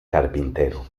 carpintero